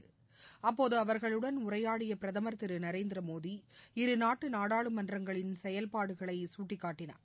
உரையாடிய அப்போது அவர்களுடன் பிரதமர் திரு நரேந்திர மோடி இருநாட்டு நாடாளுமன்றங்களின் செயல்பாடுகளை அவர் சுட்டிக்காட்டினார்